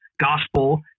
gospel